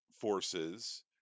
forces